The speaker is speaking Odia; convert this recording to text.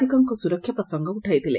ଦିକଙ୍କ ସ୍ବରକ୍ଷା ପ୍ରସଙ୍ଗ ଉଠାଇଥିଲେ